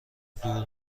دور